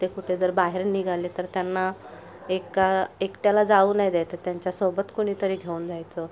ते कुठे जर बाहेर निघाले तर त्यांना एका एकट्याला जाऊ नाही द्यायचं त्यांच्यासोबत कुणीतरी घेऊन जायचं